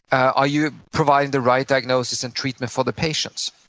are you providing the right diagnosis and treatment for the patients?